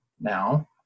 now